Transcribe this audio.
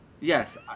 Yes